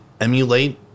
emulate